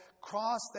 cross